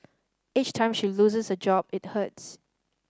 each time she loses a job it hurts